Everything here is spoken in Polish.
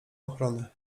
ochrony